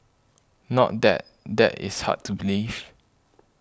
not that that is hard to believe